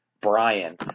Brian